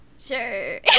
Sure